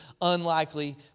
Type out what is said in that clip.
unlikely